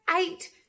eight